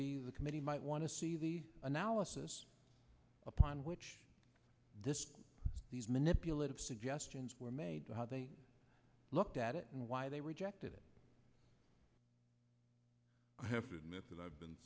the committee might want to see the analysis upon which these manipulative suggestions were made to how they looked at it and why they rejected it i have to admit that i've been